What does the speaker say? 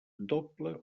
doble